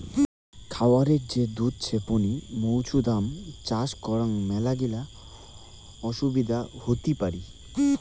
খায়ারে যে দুধ ছেপনি মৌছুদাম চাষ করাং মেলাগিলা অসুবিধা হতি পারি